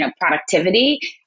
productivity